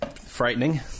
frightening